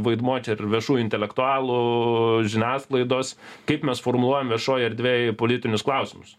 vaidmuo čia ir viešųjų intelektualų žiniasklaidos kaip mes formuojam viešoj erdvėj politinius klausimus